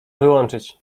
wyłączyć